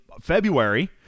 February